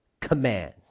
command